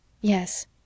Yes